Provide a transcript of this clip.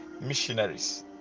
missionaries